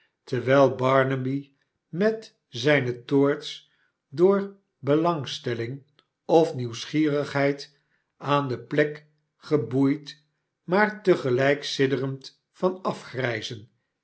terwijl barnaby met zijne toorts door belangstelling of nieuwsgierigheid aan de plek geboeid maar te gelijk sidderend van afgrijzen